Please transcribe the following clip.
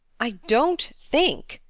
i don't think!